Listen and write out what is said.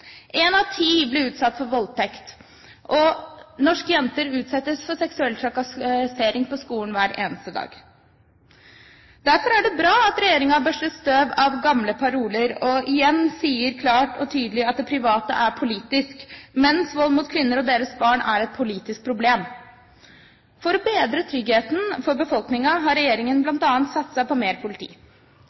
En av ti blir utsatt for voldtekt, og norske jenter utsettes for seksuell trakassering på skolen hver eneste dag. Derfor er det bra at regjeringen har børstet støvet av gamle paroler og igjen sier klart og tydelig at det private er politisk – menns vold mot kvinner og deres barn er et politisk problem. For å bedre tryggheten for befolkningen har regjeringen bl.a. satset på mer politi.